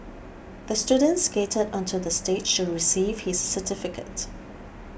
the student skated onto the stage to receive his certificate